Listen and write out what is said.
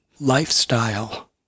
lifestyle